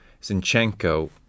Zinchenko